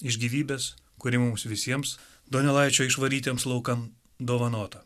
iš gyvybės kuri mums visiems donelaičio išvarytiems laukan dovanota